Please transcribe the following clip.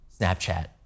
Snapchat